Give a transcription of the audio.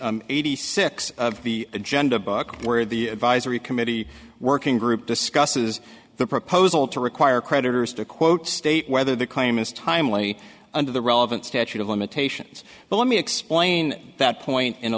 eighty six of the agenda book where the advisory committee working group discusses the proposal to require creditors to quote state whether the claim is timely under the relevant statute of limitations but let me explain that point in a